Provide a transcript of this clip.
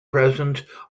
present